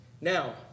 Now